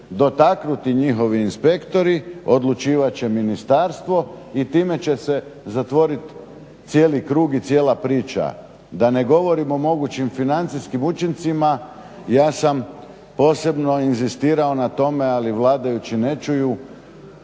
dotaknuti njihovi inspektori odlučivat će ministarstvo i time će se zatvorit cijeli krug i cijela priča. Da ne govorim o mogućim financijskim učincima. Ja sam posebno inzistirao na tome, ali vladajući ne čuju.